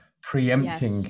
preempting